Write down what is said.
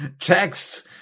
texts